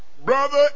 Brother